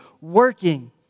working